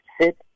sit